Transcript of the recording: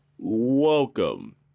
Welcome